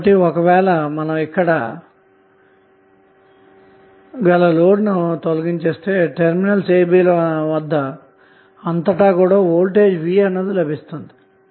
కాబట్టి ఒకవేళ మనం ఇక్కడ గల లోడ్ను గనక తొలగిస్తేటెర్మినల్స్ a b వద్ద అంతటా కూడా వోల్టేజ్ V లభిస్తుంది అన్న మాట